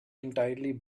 entirely